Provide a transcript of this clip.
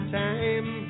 time